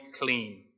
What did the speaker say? clean